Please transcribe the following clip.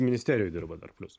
ministerijoj dirba dar plius